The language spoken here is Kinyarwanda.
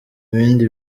bindi